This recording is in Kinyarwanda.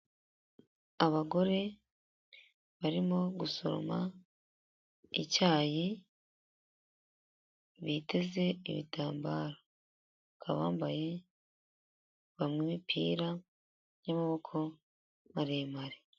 Abagore barimo gusoroma icyayi biteze ibitambaro bakaba bambaye bamwe imipira y'amaboko maremare.